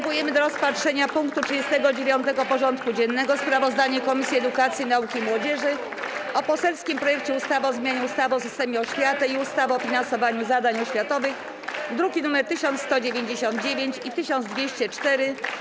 Przystępujemy do rozpatrzenia punktu 39. porządku dziennego: Sprawozdanie Komisji Edukacji, Nauki i Młodzieży o poselskim projekcie ustawy o zmianie ustawy o systemie oświaty i ustawy o finansowaniu zadań oświatowych (druki nr 1199 i 1204)